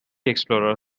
explorer